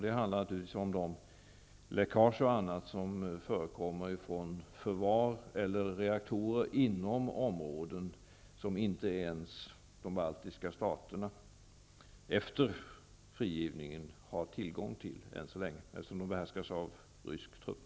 Det handlar naturligtvis om de läckage och annat som förekommer från förvar eller reaktorer inom områden som inte ens de baltiska staterna efter frigivningen ännu har tillgång till, eftersom de behärskas av rysk trupp.